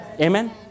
Amen